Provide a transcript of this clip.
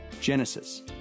Genesis